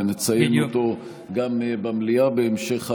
ונציין אותו גם במליאה בהמשך הדיון,